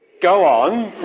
go on!